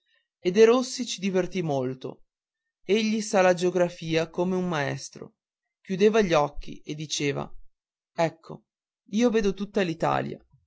mio padre e derossi ci divertì molto egli sa la geografia come un maestro chiudeva gli occhi e diceva ecco io vedo tutta